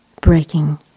breaking